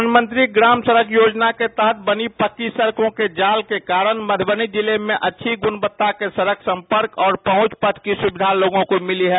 प्रधानमंत्री ग्राम सडक योजना के तहत बनी पक्की सडकों के जाल के कारण मध्यबनी जिले में अच्छी ग्रणवत्ता के सडक संपर्क और पहुंच पथ की सुविधा लोगों को मिली है